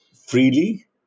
freely